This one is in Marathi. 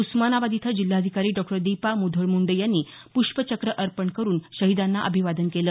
उस्मानाबाद इथं जिल्हाधिकारी डॉ दिपा मुधोळ मुंडे यांनी पृष्पचक्र अर्पण करून शहिदांना अभिवादन केलं